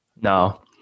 No